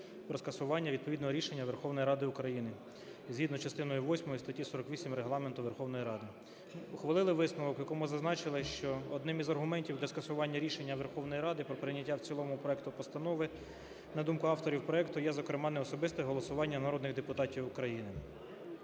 про скасування відповідного рішення Верховної Ради України згідно частини восьмої статті 48 Регламенту Верховної Ради. Ухвалили висновок, в якому зазначили, що одним із аргументів для скасування рішення Верховної Ради про прийняття в цілому проекту постанови, на думку авторів проекту, є, зокрема, неособисте голосування народних депутатів України.